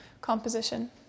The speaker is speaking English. composition